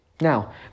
Now